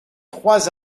trois